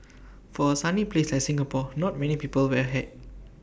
for A sunny place like Singapore not many people wear A hat